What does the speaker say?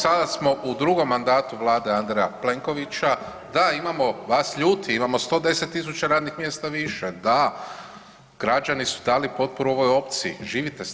Sada smo u drugom mandatu Vlade Andreja Plenkovića, da imamo vas ljuti, imamo 110.000 radnih mjesta više, da, građani su dali potporu ovoj opciji, živite s time.